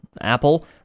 Apple